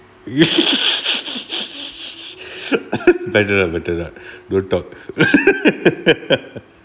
better lah better lah don't talk